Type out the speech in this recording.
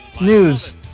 News